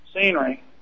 scenery